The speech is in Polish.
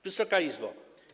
Wysoka Izbo!